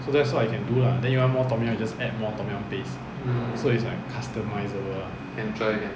so that's what you can do lah then you want more tom yum you just add more tom yum paste so it's like customizable